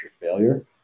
failure